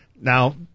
Now